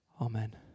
Amen